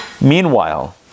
Meanwhile